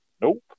Nope